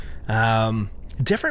different